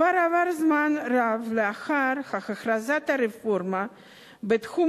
כבר עבר זמן רב מאז הכרזת הרפורמה בתחום